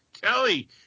Kelly